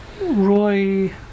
Roy